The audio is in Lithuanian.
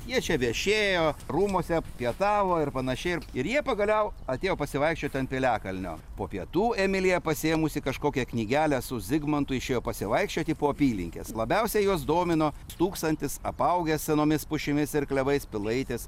jie čia viešėjo rūmuose pietavo ir panašiai ir jie pagaliau atėjo pasivaikščiot ant piliakalnio po pietų emilija pasiėmusi kažkokią knygelę su zigmantu išėjo pasivaikščioti po apylinkes labiausiai juos domino stūksantis apaugęs senomis pušimis ir klevais pilaitės